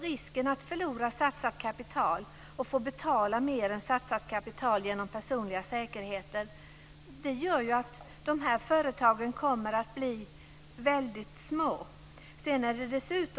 Risken att förlora satsat kapital eller att betala mer än satsat kapital genom personliga säkerheter gör att företagen blir små.